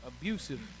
abusive